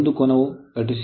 ಒಂದು ಕೋನವು 36